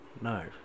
No